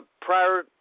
prior